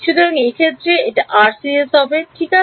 সুতরাং এক্ষেত্রে এটা আরসিএস হবে ঠিক আছে